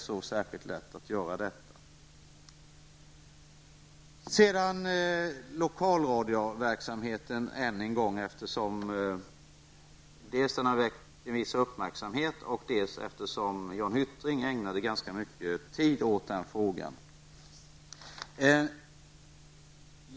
Jag skall än en gång ta upp lokalradioverksamheten eftersom den har väckt en viss uppmärksamhet och Jan Hyttring ägnade ganska mycket tid åt den frågan.